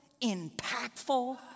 impactful